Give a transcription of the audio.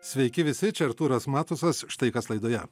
sveiki visi čia artūras matusas štai kas laidoje